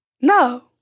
No